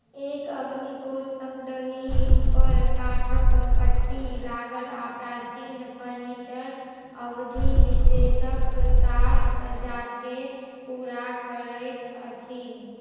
एक अग्निकोष्ठ सङ्गहि ऊपर काठक पट्टी लागल आ प्राचीन फर्नीचर अवधि विशेषक साज सज्जाकेँ पूरा करैत अछि